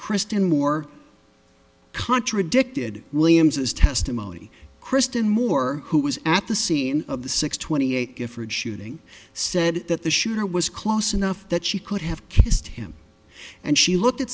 kristin moore contradicted williams's testimony kristin moore who was at the scene of the six twenty eight giffords shooting said that the shooter was close enough that she could have kissed him and she looked at